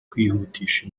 kwihutisha